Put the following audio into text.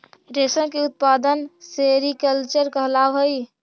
रेशम के उत्पादन सेरीकल्चर कहलावऽ हइ